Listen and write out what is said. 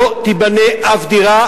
לא תיבנה שום דירה.